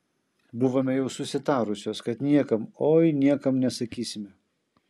buvome jau susitarusios kad niekam oi niekam nesakysime